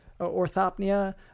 orthopnea